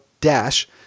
dash